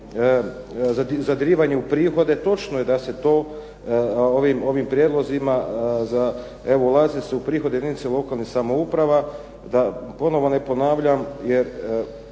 zadirivanje u prihode. Točno je da se to ovim prijedlozima za, evo ulazi se u prihode jedinice lokalnih samouprave, da ponovno ne ponavljam jer